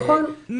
נכון מאוד,